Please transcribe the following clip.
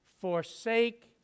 Forsake